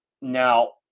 Now